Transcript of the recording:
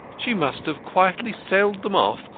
she must have quietly sold them off,